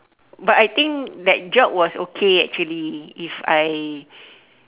but I think that job was okay actually if I